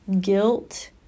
guilt